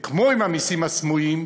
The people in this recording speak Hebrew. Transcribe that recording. וכמו עם המסים הסמויים,